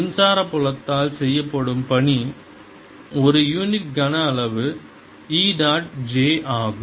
மின்சார புலத்தால் செய்யப்படும் பணி ஒரு யூனிட் கன அளவு E டாட் j ஆகும்